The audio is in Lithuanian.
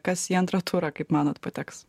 kas į antrą turą kaip manot pateks